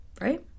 right